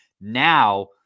now